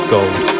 Gold